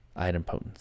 idempotence